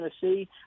Tennessee